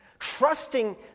trusting